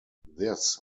this